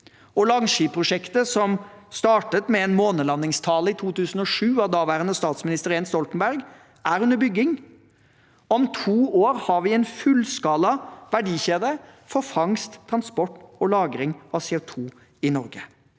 Langskip-prosjektet, som startet med en månelandingstale i 2007, av daværende statsminister Jens Stoltenberg, er under bygging. Om to år har vi en fullskala verdikjede for fangst, transport og lagring av